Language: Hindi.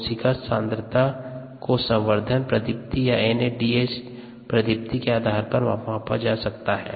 कोशिका सांद्रता को संवर्धन प्रतिदीप्त या एनएडीएच प्रतिदीप्त के आधार पर मापा जा सकता है